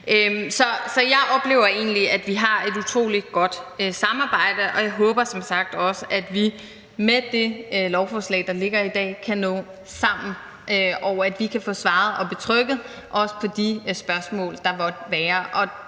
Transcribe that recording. Så jeg oplever egentlig, at der er et utrolig godt samarbejde, og jeg håber som sagt også, at man med det lovforslag, der ligger i dag, kan nå sammen, og at vi kan få svaret på og betrygget med hensyn til de spørgsmål, der måtte være.